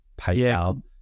PayPal